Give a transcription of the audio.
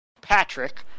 Patrick